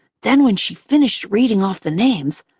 then when she finished reading off the names,